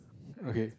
okay